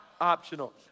optional